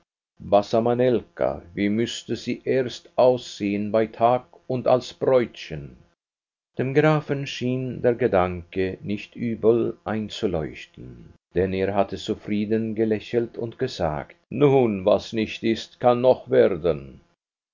manelka wie müßte sie erst aussehen bei tag und als bräutchen dem grafen schien der gedanke nicht übel einzuleuchten denn er hatte zufrieden gelächelt und gesagt nun was nicht ist kann noch werden